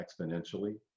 exponentially